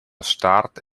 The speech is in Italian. start